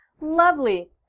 lovely